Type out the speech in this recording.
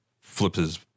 flips